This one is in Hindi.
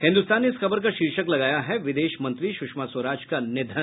हिन्दुस्तान ने इस खबर का शीर्षक लगाया है विदेश मंत्री सुषमा स्वराज का निधन